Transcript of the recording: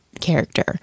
character